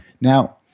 Now